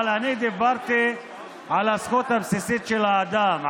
אבל אני דיברתי על הזכות הבסיסית של האדם,